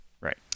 Right